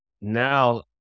now